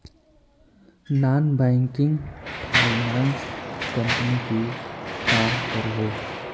Non banking finance company की काम करोहो?